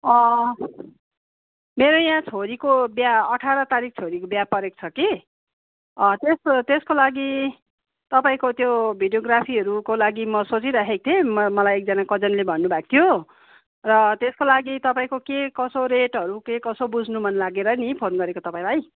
मेरो यहाँ छोरीको बिहा अठार तारिक छोरीको बिहा परेको छ कि त्यसको त्यसको लागि तपाईँको त्यो भिडियोग्राफीहरूको लागि म सोचिरहेको थिएँ म मलाई एकजना कजनले भन्नुभएको थियो र त्यसको लागि तपाईँको के कसो रेटहरू के कसो बुझ्नु मन लागेर नि फोन गरेको तपाईँलाई